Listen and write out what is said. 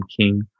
king